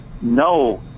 no